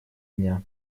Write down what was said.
дня